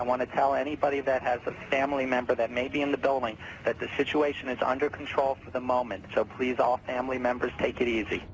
i want to tell anybody that has a family member that may be in the building that the situation is under control at the moment so please all i am we members take it easy